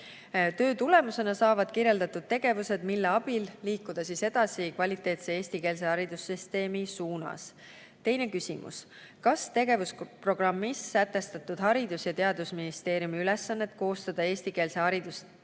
Töö tulemusena saavad kirjeldatud tegevused, mille abil liikuda edasi kvaliteetse eestikeelse haridussüsteemi suunas. Teine küsimus: "Kas tegevusprogrammis sätestatud Haridus- ja Teadusministeeriumi ülesanne koostada eestikeelse hariduse tegevuskava